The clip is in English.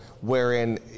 wherein